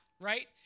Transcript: right